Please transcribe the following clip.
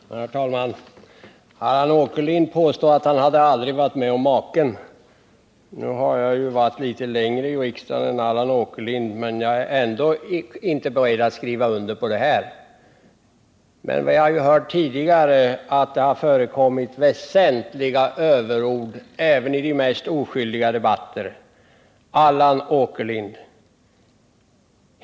Herr talman! Allan Åkerlind påstår att han aldrig har varit med om maken. Jag får nästan säga detsamma om det som Allan Åkerlind anförde här. Trots att jag har varit med litet längre i riksdagen än Allan Åkerlind var jag inte beredd på de överord han använde, även om det tidigare har använts kraftiga överord också i de mest oskyldiga debatter. Allan Åkerlind!